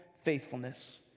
faithfulness